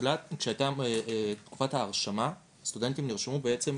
בתחילת תקופת ההרשמה, סטודנטים נרשמו בעצם,